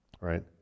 Right